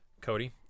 Cody